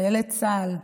חיילי צה"ל,